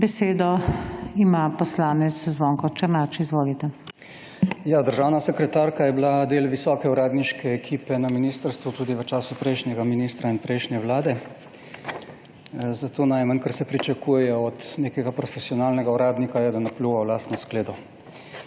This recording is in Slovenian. Besedo ima poslanec Zvonko Černač, izvolite. **ZVONKO ČERNAČ (PS SDS):** Ja, državna sekretarka je bila del visoke uradniške ekipe na ministrstvu tudi v času prejšnjega ministra in prejšnje vlade, zato najmanj, kar se pričakuje od nekega profesionalnega uradnika, je, da ne pljuva v lastno skledo.